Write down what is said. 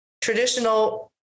traditional